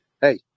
hey